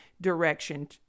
direction